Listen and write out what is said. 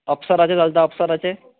अपसराचे चलता अपसराचे